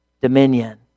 dominion